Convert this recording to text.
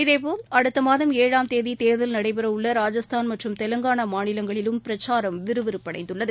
இதேபோல் அடுத்த மாதம் ஏழாம் தேதி தேர்தல் நடைபெறவுள்ள ராஜஸ்தான் மற்றும் தெலங்கானா மாநிலங்களிலும் பிரச்சாரம் விறுவிறுப்படைந்துள்ளது